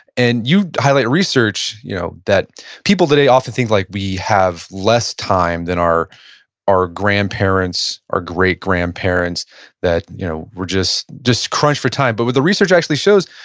and you highlight research you know that people today often think like we have less time than our our grandparents or great-grandparents that you know were just just crunched for time. but what the research actually shows,